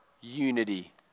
unity